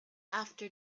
after